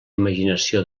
imaginació